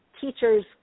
teachers